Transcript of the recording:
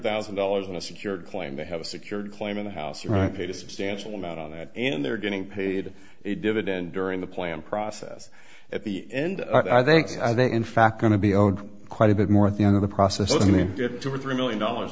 thousand dollars in a secured claim to have a secured claim in the house here i paid a substantial amount of that and they're getting paid a dividend during the planning process at the end i think i think in fact going to be owed quite a bit more at the end of the process i mean to get two or three million dollars